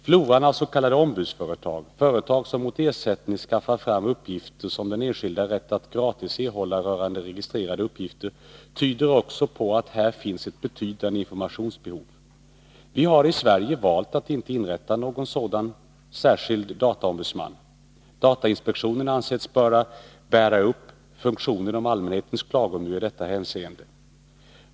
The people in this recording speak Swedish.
Floran av s.k. ombudsföretag, företag som mot ersättning skaffar fram uppgifter som den enskilde har rätt att gratis erhålla rörande registrerade uppgifter, tyder också på att här finns ett betydande informationsbehov. Vi har i Sverige valt att inte inrätta någon särskild dataombudsman. Datainspektionen har ansetts böra bära upp funktionen som allmänhetens klagomur i detta hänseende.